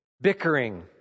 bickering